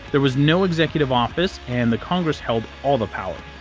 there was no executive office and the congress held all the power.